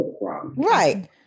Right